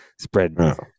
spread